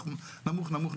נמוך.